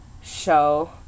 show